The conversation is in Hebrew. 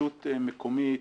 רשות מקומית